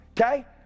okay